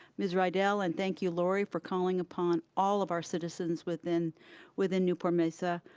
ms. riddle, and thank you, laurie, for calling upon all of our citizens within within newport-mesa.